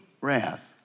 wrath